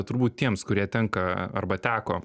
turbūt tiems kurie tenka arba teko